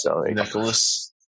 Nicholas